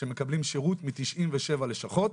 שמקבלים שירות מ-97 לשכות